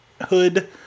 hood